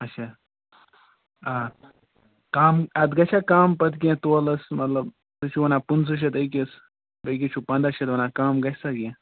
اچھا آ کَم اَتھ گژھیٛا کَم پَتہٕ کیٚنٛہہ تولَس مطلب تُہۍ چھُو ونان پٕنٛژٕ شَتھ أکِس بیٚیہِ کِس چھُو پَنٛداہ شَتھ ونان کَم گژھِ سا کیٚنٛہہ